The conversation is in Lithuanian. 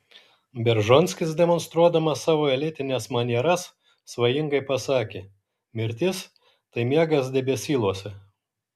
beržonskis demonstruodamas savo elitines manieras svajingai pasakė mirtis tai miegas debesyluose